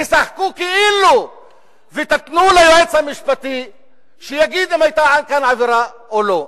תשחקו כאילו ותיתנו ליועץ המשפטי שיגיד אם היתה כאן עבירה או לא.